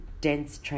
dense